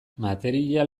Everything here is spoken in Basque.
material